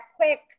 quick